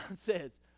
says